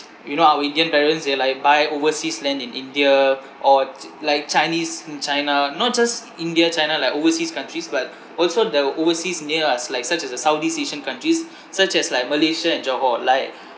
you know our indian parents they like buy overseas land in india or chi~ like chinese in china not just india china like overseas countries but also the overseas near us like such as a southeast asian countries such as like malaysia and johor like